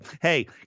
Hey